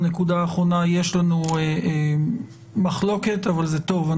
בנקודה האחרונה יש לנו מחלוקת אבל זה טוב.